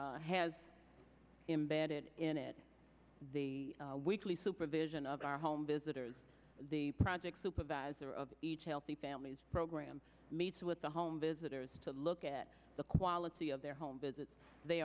program has embedded in it the weekly supervision of our home visitors the project supervisor of each healthy families program meets with the home visitors to look at the quality of their home visits they